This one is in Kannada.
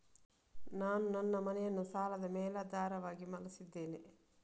ನಾನು ನನ್ನ ಮನೆಯನ್ನು ಸಾಲದ ಮೇಲಾಧಾರವಾಗಿ ಬಳಸಿದ್ದೇನೆ